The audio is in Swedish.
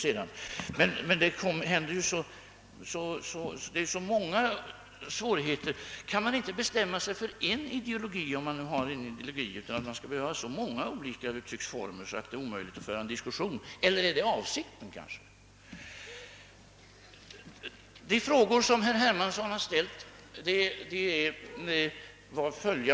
Kan inte kommunisterna bestämma sig för en ideologi, om de nu har en sådan. Skall de behöva så många olika uttrycksformer att det blir omöjligt att föra en diskussion, eller är detta kanske avsikten? De frågor herr Hermansson ställde var fyra stycken.